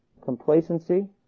Complacency